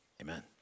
Amen